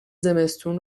زمستون